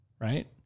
right